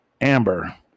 Amber